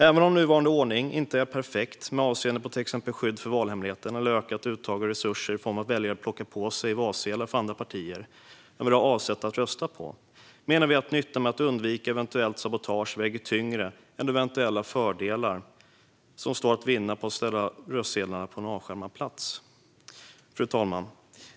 Även om nuvarande ordning inte är perfekt med avseende på till exempel skydd för valhemligheten eller ökat uttag av resurser i form av att väljare plockar på sig valsedlar för andra partier än de avsett att rösta på menar vi att nyttan med att undvika eventuellt sabotage väger tyngre än de eventuella fördelar som står att vinna med att ställa röstsedlarna på en avskärmad plats. Fru talman!